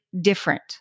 different